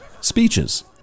speeches